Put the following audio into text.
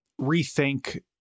rethink